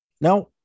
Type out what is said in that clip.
Now